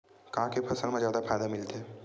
का के फसल मा जादा फ़ायदा मिलथे?